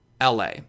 LA